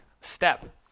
step